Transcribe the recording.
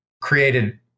created